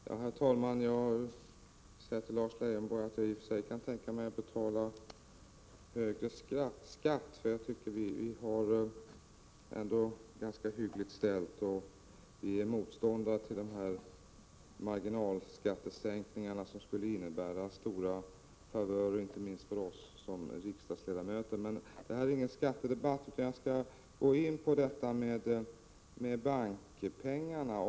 Herr talman! Jag vill säga till Lars Leijonborg att jag i och för sig kan tänka mig att betala högre skatt. Vi har det ändå ganska hyggligt ställt. Vi är motståndare till marginalskattesänkningar, som skulle innebära stora favörer, inte minst för oss riksdagsledamöter. Men detta är inte en skattedebatt, utan jag skall gå in på frågan om bankpengarna.